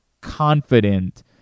confident